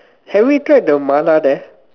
have we tried the Mala there